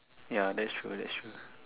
ya that's true that's true